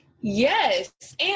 yes